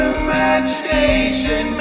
imagination